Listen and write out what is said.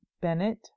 Bennett